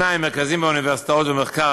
2. מרכזים באוניברסיטאות ומחקר,